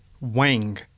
Wang